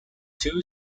two